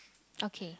okay